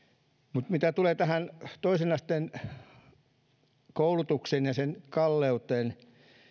mitä tulee tähän toisen asteen koulutukseen ja sen kalleuteen